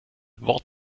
wort